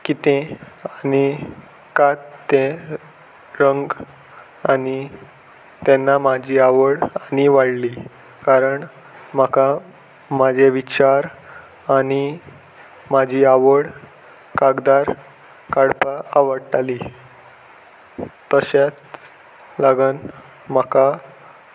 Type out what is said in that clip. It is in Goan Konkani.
कितें आनी कात तें रंग आनी तेन्ना म्हाजी आवड आनी वाडली कारण म्हाका म्हाजे विचार आनी म्हाजी आवड कागदार काडपाक आवडटाली तशेंच लागून म्हाका